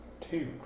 Two